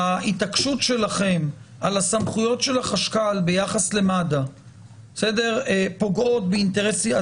ההתעקשות שלכם על הסמכויות של החשכ"ל ביחס למד"א פוגעות באינטרסים.